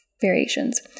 variations